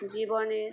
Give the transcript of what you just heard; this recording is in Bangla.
জীবনের